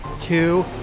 two